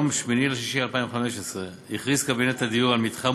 8 ביוני 2015 הכריז קבינט הדיור על מתחם